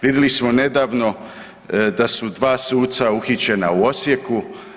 Vidjeli smo nedavno da su dva suca uhićena u Osijeku.